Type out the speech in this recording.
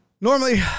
Normally